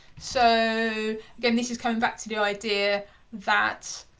so again, this is coming back to the idea that,